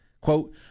Quote